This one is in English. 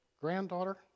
granddaughter